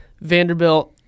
Vanderbilt